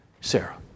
Sarah